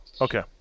Okay